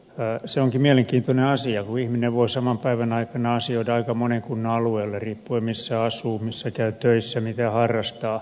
se onkin mielenkiintoinen asia kun ihminen voi saman päivän aikana asioida aika monen kunnan alueella riippuen siitä missä asuu missä käy töissä mitä harrastaa